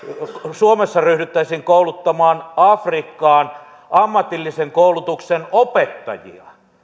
suomessa ryhdyttäisiin kouluttamaan afrikkaan ammatillisen koulutuksen opettajia